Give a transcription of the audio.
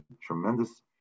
tremendous